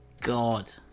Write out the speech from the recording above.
god